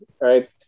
right